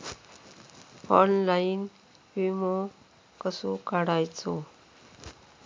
Online विमो कसो काढायचो?